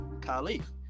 Khalif